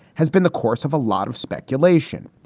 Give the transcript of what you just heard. has been the course of a lot of speculation.